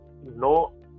no